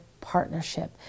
partnership